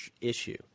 issue